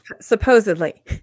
Supposedly